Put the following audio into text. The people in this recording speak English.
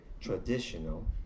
traditional